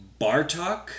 Bartok